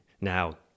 Now